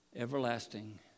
Everlasting